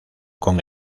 con